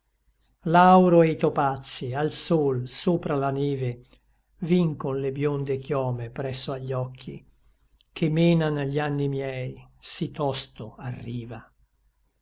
l'auro e i topacii al sol sopra la neve vincon le bionde chiome presso agli occhi che menan gli anni miei sí tosto